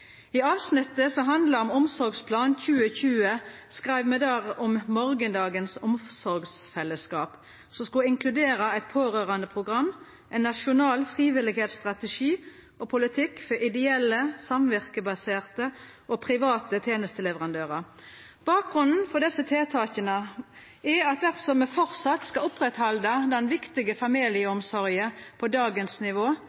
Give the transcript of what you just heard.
I avsnittet som handlar om Omsorgsplan 2020, skreiv me der om morgondagens omsorgsfellesskap, som skulle inkludera eit pårørandeprogram, ein nasjonal frivilligheitsstrategi og politikk for ideelle, samvirkebaserte og private tenesteleverandørar. Bakgrunnen for desse tiltaka er at dersom me framleis skal halda ved lag den viktige